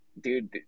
Dude